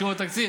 אחוז.